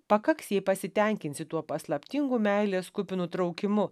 pakaks jei pasitenkinsi tuo paslaptingu meilės kupinu traukimu